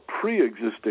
pre-existing